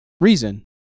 Reason